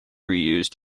reused